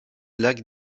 lac